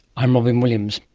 i'm robyn williams